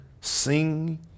sing